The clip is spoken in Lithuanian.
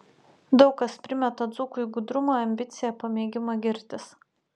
daug kas primeta dzūkui gudrumą ambiciją pamėgimą girtis